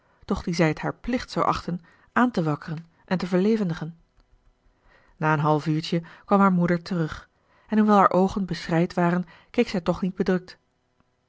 doch die zij het haar plicht zou achten aan te wakkeren en te verlevendigen na een half uurtje kwam haar moeder terug en hoewel haar oogen beschreid waren keek zij toch niet bedrukt